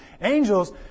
Angels